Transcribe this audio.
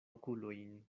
okulojn